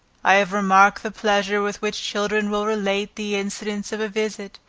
i have remarked the pleasure with which children will relate the incidents of a visit,